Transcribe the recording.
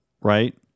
right